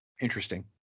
Interesting